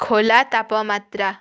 ଖୋଲା ତାପମାତ୍ରା